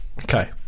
Okay